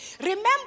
Remember